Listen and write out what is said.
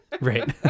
right